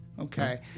okay